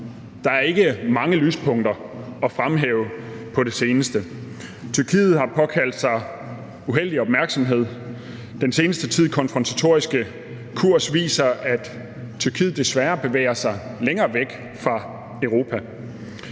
der er ikke mange lyspunkter at fremhæve på det seneste. Tyrkiet har påkaldt sig uheldig opmærksomhed. Den seneste tids konfrontatoriske kurs viser, at Tyrkiet desværre bevæger sig længere væk fra Europa.